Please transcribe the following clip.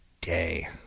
day